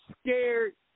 scared